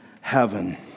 heaven